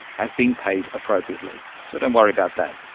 have been paid appropriately, so don't worry about that.